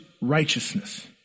righteousness